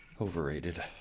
Overrated